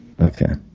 okay